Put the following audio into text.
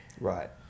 Right